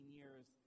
years